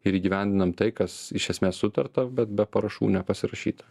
ir įgyvendinam tai kas iš esmės sutarta bet be parašų nepasirašyta